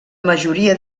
majoria